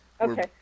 Okay